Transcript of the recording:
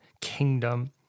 kingdom